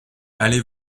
allez